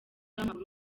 w’amaguru